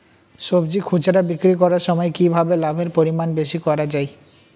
সবজি খুচরা বিক্রি করার সময় কিভাবে লাভের পরিমাণ বেশি করা যায়?